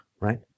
right